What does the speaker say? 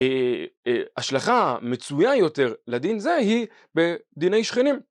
השלכה המצויה יותר לדין זה היא בדיני שכנים.